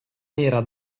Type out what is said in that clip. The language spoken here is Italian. nera